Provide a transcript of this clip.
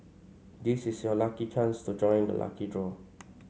this is your lucky chance to join the lucky draw